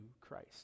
Christ